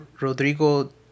Rodrigo